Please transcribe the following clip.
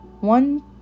One